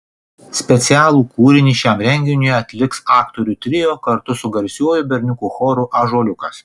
specialų kūrinį šiam renginiui atliks aktorių trio kartu su garsiuoju berniukų choru ąžuoliukas